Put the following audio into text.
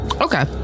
Okay